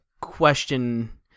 question